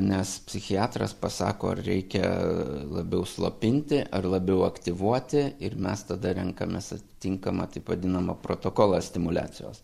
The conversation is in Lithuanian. nes psichiatras pasako ar reikia labiau slopinti ar labiau aktyvuoti ir mes tada renkamės atitinkamą taip vadinamą protokolą stimuliacijos